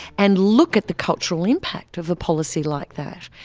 and look at the cultural impact of a policy like that.